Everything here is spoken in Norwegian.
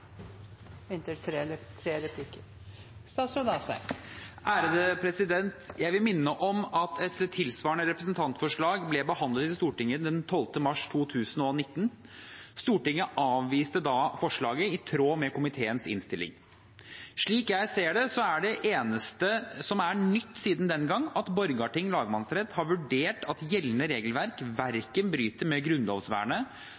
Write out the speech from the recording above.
Jeg vil minne om at et tilsvarende representantforslag ble behandlet i Stortinget den 12. mars 2019. Stortinget avviste da forslaget, i tråd med komiteens innstilling. Slik jeg ser det, er det eneste som er nytt siden den gang, at Borgarting lagmannsrett har vurdert at gjeldende regelverk